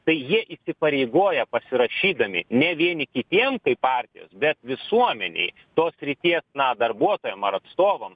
tai jie įpareigoja pasirašydami ne vieni kitiem kaip partijos be visuomenei tos srities na darbuotojam ar atstovam